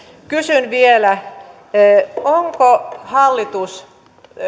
kysyn vielä onko hallitus